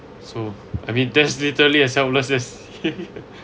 so I mean that's literally as helpless as